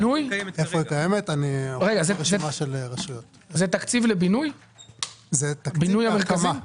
זה תקציב לבינוי המרכזים?